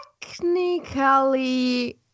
technically